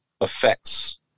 affects